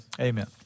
Amen